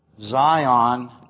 Zion